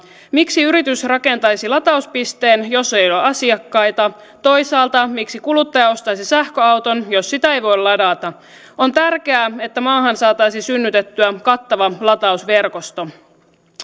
miksi yritys rakentaisi latauspisteen jos ei ole asiakkaita toisaalta miksi kuluttaja ostaisi sähköauton jos sitä ei voi ladata on tärkeää että maahan saataisiin synnytettyä kattava latausverkosto